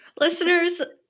Listeners